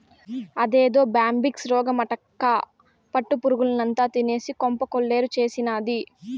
అదేదో బ్యాంబిక్స్ రోగమటక్కా పట్టు పురుగుల్నంతా తినేసి కొంప కొల్లేరు చేసినాది